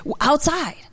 outside